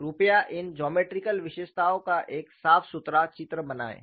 कृपया इन जोमेट्रिकल विशेषताओं का एक साफ सुथरा चित्र बनाएं